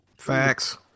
Facts